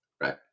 right